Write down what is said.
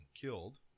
killed